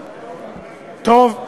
טוב,